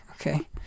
okay